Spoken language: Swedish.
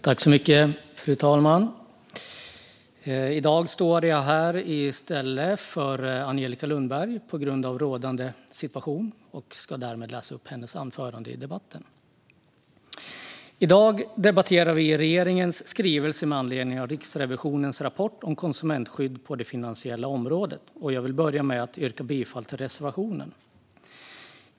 Fru talman! I dag står jag här i stället för Angelica Lundberg på grund av rådande situation och ska därmed läsa upp hennes anförande i debatten. I dag debatterar vi regeringens skrivelse med anledning av Riksrevisio nens rapport om konsumentskyddet på det finansiella området . Jag vill börja med att yrka bifall till reservationen.